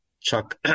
Chuck